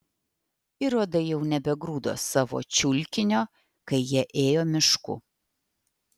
ir uodai jau nebegrūdo savo čiulkinio kai jie ėjo mišku